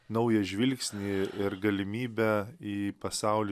naują žvilgsnį ir galimybę į pasaulį